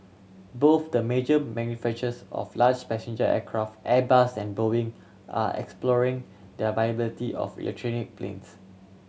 both the major manufacturers of large passenger aircraft Airbus and Boeing are exploring the viability of electronic planes